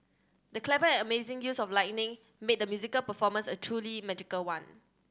the clever and amazing use of lighting made the musical performance a truly magical one